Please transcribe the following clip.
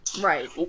Right